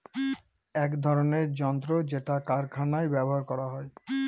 এক ধরনের যন্ত্র যেটা কারখানায় ব্যবহার করা হয়